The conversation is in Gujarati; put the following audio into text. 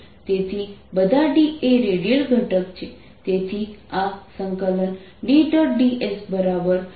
તેથી બધા D એ રેડિયલ ઘટક છે